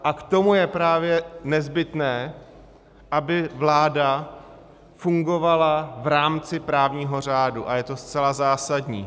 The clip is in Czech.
A k tomu je právě nezbytné, aby vláda fungovala v rámci právního řádu, a je to zcela zásadní.